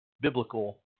biblical